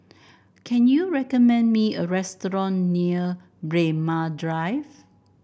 can you recommend me a restaurant near Braemar Drive